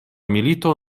milito